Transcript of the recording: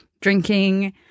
drinking